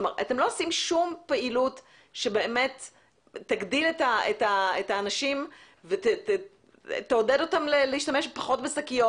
אתם לא עושים שום פעילות שתעודד את האנשים להשתמש פחות בשקיות,